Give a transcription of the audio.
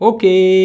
Okay